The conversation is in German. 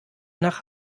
nach